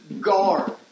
guard